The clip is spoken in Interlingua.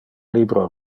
libro